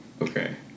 Okay